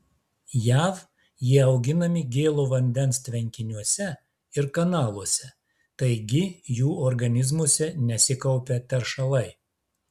jav jie auginami gėlo vandens tvenkiniuose ir kanaluose taigi jų organizmuose nesikaupia teršalai